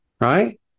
right